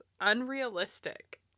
Unrealistic